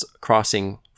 crossing